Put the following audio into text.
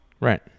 Right